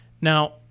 Now